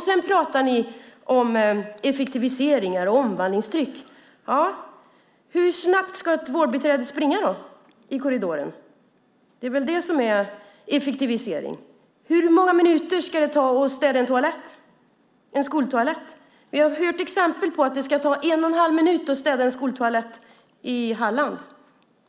Sedan pratar ni om effektiviseringar och omvandlingstryck. Ja, hur snabbt ska ett vårdbiträde springa i korridoren? Det är det som är effektivisering. Hur många minuter ska det ta att städa en skoltoalett? Vi har hört exempel på att det ska ta en och en halv minut att städa en skoltoalett i Halland.